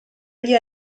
gli